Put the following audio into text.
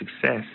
success